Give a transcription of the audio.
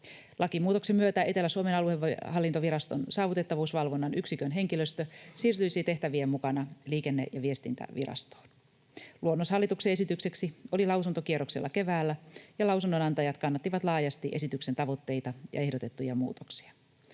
Lakimuutoksen myötä Etelä-Suomen aluehallintoviraston saavutettavuusvalvonnan yksikön henkilöstö siirtyisi tehtävien mukana Liikenne- ja viestintävirastoon. Luonnos hallituksen esitykseksi oli lausuntokierroksella keväällä, ja lausunnonantajat kannattivat laajasti esityksen tavoitteita ja ehdotettuja muutoksia.